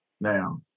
now